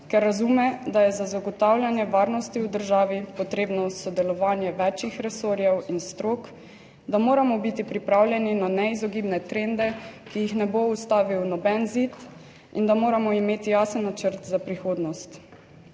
ker razume, da je za zagotavljanje varnosti v državi potrebno sodelovanje večih resorjev in strok, da moramo biti pripravljeni na neizogibne trende, ki jih ne bo ustavil noben zid, in da moramo imeti jasen načrt za prihodnost.